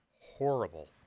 horrible